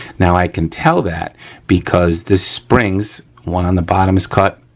now, i can tell that because this springs, one on the bottom is cut,